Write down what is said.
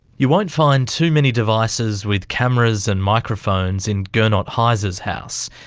you won't find too many devices with cameras and microphones in gernot heiser's house.